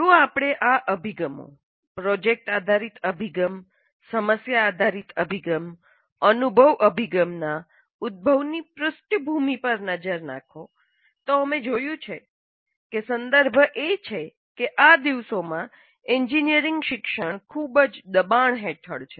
જો આપણે આ અભિગમો પ્રોજેક્ટ આધારિત અભિગમ સમસ્યા આધારિત અભિગમ અનુભવ અભિગમ નાં ઉદભવ ની પૃષ્ઠભૂમિ પર નજર નાખો તો અમે જોયું કે સંદર્ભ એ છે કે આ દિવસોમાં એન્જિનિયરિંગ શિક્ષણ ખૂબ જ દબાણ હેઠળ છે